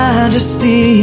Majesty